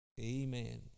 Amen